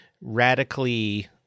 radically